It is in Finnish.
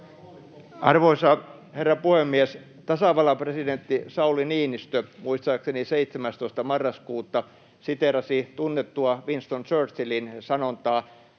Arvoisa herra puhemies! Tasavallan presidentti Sauli Niinistö muistaakseni 17. marraskuuta siteerasi tunnettua Winston Churchillin sanontaa: